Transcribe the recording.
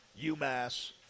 UMass